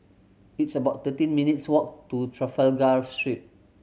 it's about thirteen minutes' walk to Trafalgar Street